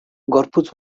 gorputz